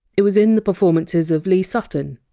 it was in the performances of lee sutton,